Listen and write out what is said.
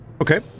Okay